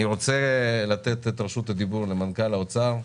אני רוצה לתת את רשות הדיבור למנכ"ל האוצר,